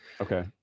okay